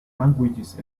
languages